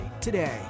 today